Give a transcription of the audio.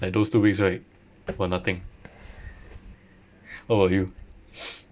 like those two weeks right were nothing what about you